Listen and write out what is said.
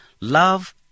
love